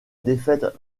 défaite